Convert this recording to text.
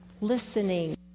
listening